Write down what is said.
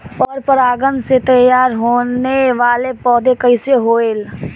पर परागण से तेयार होने वले पौधे कइसे होएल?